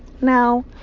Now